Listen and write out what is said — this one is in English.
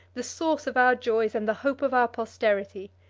the source of our joys, and the hope of our posterity?